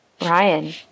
Ryan